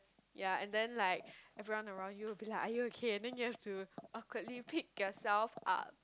ya and then like everyone around you will be like are you okay and then you have to awkwardly pick yourself up